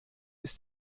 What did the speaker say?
ist